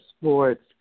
sports